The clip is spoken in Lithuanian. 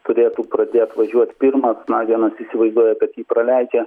turėtų pradėt važiuot pirmas na vienas įsivaizduoja kad jį praleidžia